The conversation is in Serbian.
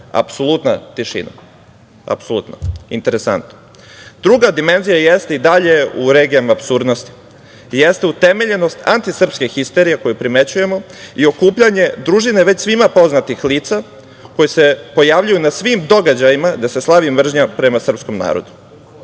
apsolutna tišina, apsolutna. Interesantno. Druga dimenzija jeste i dalje u regijama apsurdnosti, jeste utemeljenost antisrpske histerije, koju primećujemo, i okupljanje družine već svima poznatih lica koji se pojavljuju na svim događajima gde se slavi mržnja prema srpskom narodu.